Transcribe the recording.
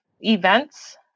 events